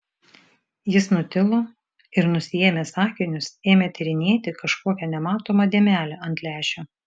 jis nutilo ir nusiėmęs akinius ėmė tyrinėti kažkokią nematomą dėmelę ant lęšio